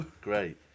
Great